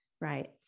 Right